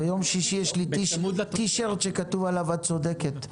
וביום שישי יש לי טישירט שכתוב עליו: את צודקת.